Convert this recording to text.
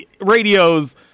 radio's